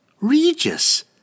Regis